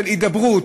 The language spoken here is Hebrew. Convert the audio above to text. של הידברות,